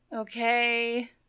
Okay